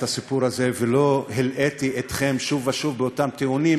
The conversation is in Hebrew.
את הסיפור הזה ולא הלאיתי אתכם שוב ושוב באותם טיעונים?